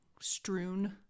strewn